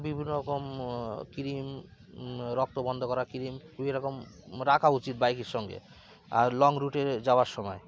বিভিন্ন রকম ক্রিম রক্ত বন্ধ করা ক্রিম বিভিন্ন রকম রাখা উচিত বাইকের সঙ্গে আর লং রুটে যাওয়ার সময়